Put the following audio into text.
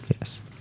Yes